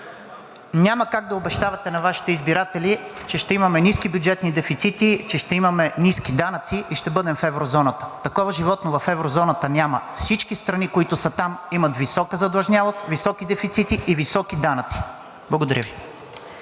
няма как да обещавате на Вашите избиратели, че ще имаме ниски бюджетни дефицити, че ще имаме ниски данъци и ще бъдем в еврозоната. Такова животно в еврозоната няма. Всички страни, които са там, имат висока задлъжнялост, високи дефицити и високи данъци. Благодаря Ви.